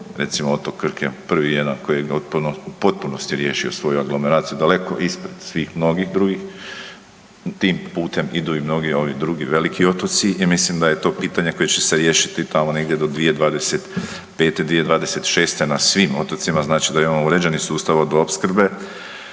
Recimo otok Krk je prvi jedan koji je u potpunosti riješio svoju aglomeraciju daleko ispred svih mnogih drugih, tim putem idu i mnogi drugi veliki otoci i mislim da je to pitanje koje će se riješiti tamo negdje do 2025., 2026. na svim otocima, znači da imamo uređeni sustav vodoopskrbe